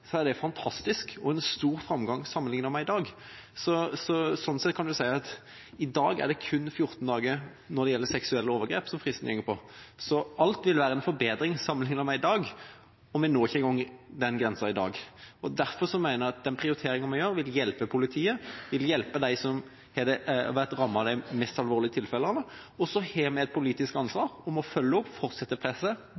er det fantastisk og en stor framgang sammenliknet med i dag. Sånn sett kan vi si at fristen i dag kun er 14 dager når det gjelder seksuelle overgrep. Så alt vil være en forbedring sammenliknet med i dag. Vi når ikke engang den grensa i dag. Derfor mener jeg at den prioriteringa vi gjør, vil hjelpe politiet og dem som har vært rammet av de mest alvorlige tilfellene. Og så har vi et politisk ansvar for å følge opp, fortsette presset,